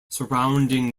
surrounding